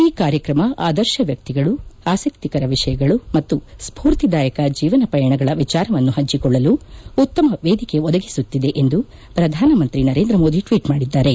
ಈ ಕಾರ್ಯಕ್ರಮ ಆದರ್ಶ ವ್ಯಕ್ತಿಗಳು ಆಸಕ್ತಿಕರ ವಿಷಯಗಳು ಮತ್ತು ಸ್ಪೂರ್ತಿದಾಯಕ ಜೀವನ ಪಯಣಗಳ ವಿಚಾರವನ್ನು ಹಂಚಿಕೊಳ್ಳಲು ಉತ್ತಮ ವೇದಿಕೆ ಒದಗಿಸುತ್ತಿದೆ ಎಂದು ಪ್ರಧಾನಮಂತ್ರಿ ನರೇಂದ್ರ ಮೋದಿ ಟ್ವೀಟ್ ಮಾಡಿದ್ದಾರೆ